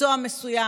במקצוע מסוים,